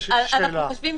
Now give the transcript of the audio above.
אנחנו חושבים